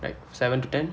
seven to ten